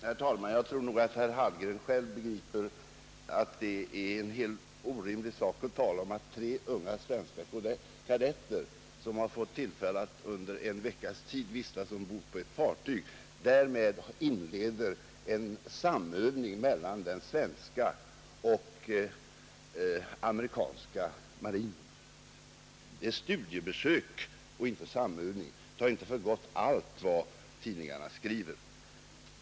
Herr talman! Jag tror nog att herr Hallgren själv begriper att det är helt orimligt att tala om att tre unga svenska kadetter som fått tillfälle att under en veckas tid vistas ombord på ett amerikanskt fartyg därmed inleder en samövning mellan den svenska och den amerikanska marinen. Det är ett studiebesök och inte en samövning; tag inte för gott allt vad tidningarna skriver!